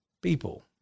people